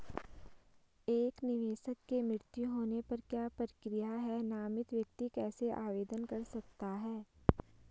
एक निवेशक के मृत्यु होने पर क्या प्रक्रिया है नामित व्यक्ति कैसे आवेदन कर सकता है?